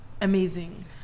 amazing